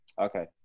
okay